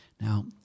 Now